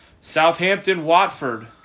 Southampton-Watford